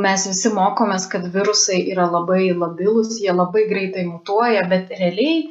mes visi mokomės kad virusai yra labai labilūs jie labai greitai mutuoja bet realiai